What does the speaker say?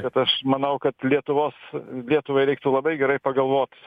kad aš manau kad lietuvos lietuvai reiktų labai gerai pagalvot